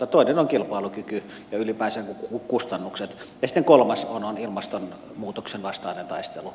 toinen on kilpailukyky ja ylipäänsä kustannukset ja sitten kolmas on ilmastonmuutoksen vastainen taistelu